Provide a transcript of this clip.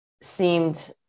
seemed